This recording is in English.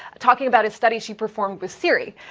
talking about a study she performed with siri.